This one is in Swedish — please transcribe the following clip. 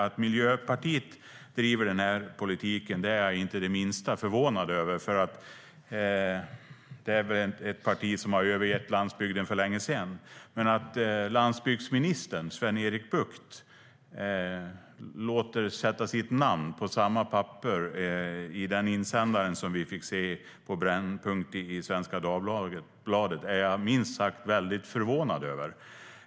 Att Miljöpartiet driver den här politiken är jag inte det minsta förvånad över, för det är väl ett parti som har övergett landsbygden för länge sedan. Men att landsbygdsministern, Sven-Erik Bucht, låter sätta sitt namn på samma papper i den insändare som vi fick se på Brännpunkt i Svenska Dagbladet är jag väldigt förvånad över.